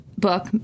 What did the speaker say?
book